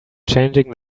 changing